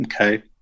Okay